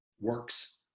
works